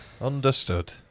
Understood